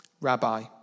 Rabbi